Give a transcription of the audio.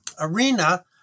arena